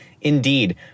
indeed